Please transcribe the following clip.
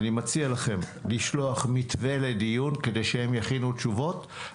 אני מציע לכם לשלוח מתווה לדיון כדי שהם יכינו תשובות,